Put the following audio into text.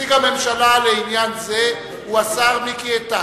נציג הממשלה לעניין זה הוא השר מיקי איתן,